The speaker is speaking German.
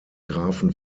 grafen